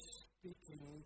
speaking